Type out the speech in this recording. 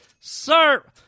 Sir